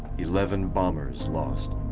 eleven bombers lost.